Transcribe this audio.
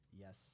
Yes